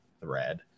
thread